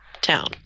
Town